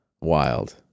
wild